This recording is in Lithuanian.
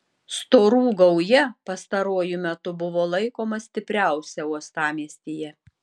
storų gauja pastaruoju metu buvo laikoma stipriausia uostamiestyje